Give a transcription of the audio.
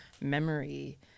memory